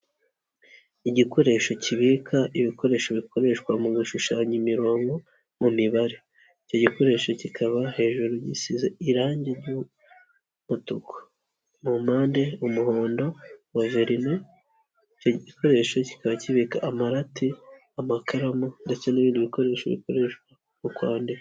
Igikoresho kibika ibikoresho bikoreshwa mu gushushanya imirongo mu mibare, icyo gikoresho kikaba hejuru gisize irangi ry'umutuku, mu mpande umuhondo wa verine, icyo gikoresho kikaba kibika amarati, amakaramu ndetse n'ibindi bikoresho bikoreshwa mu kwandika.